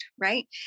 right